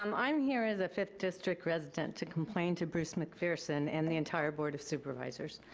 um i'm here as a fifth district resident to complain to bruce mcpherson and the entire board of supervisors.